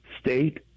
State